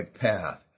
path